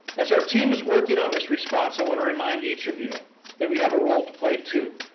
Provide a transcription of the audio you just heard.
as our team is working on this response i want to remind each of you that we have a role to play too.